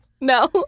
No